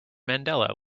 mandela